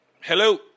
Hello